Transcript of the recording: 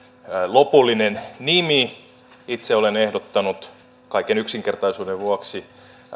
lopullinen nimi itse olen ehdottanut kaiken yksinkertaisuuden vuoksi